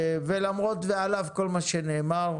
ולמרות ועל אף כל מה שנאמר,